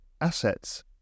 assets